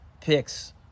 picks